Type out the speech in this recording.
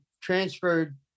transferred